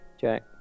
Jack